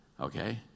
Okay